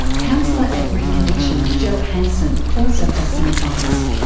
counsellor at reconnexion jo hansen also has some advice.